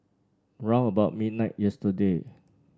round about midnight yesterday